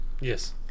yes